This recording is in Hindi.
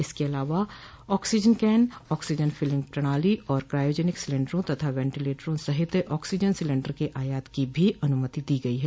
इसके अलावा ऑक्सीजन कैन ऑक्सीजन फिलिंग प्रणाली और क्रायोजेनिक सिलेंडरों तथा वेंटीलेटरों सहित ऑक्सीजन सिलेंडर के आयात की भी अनुमति दी गई है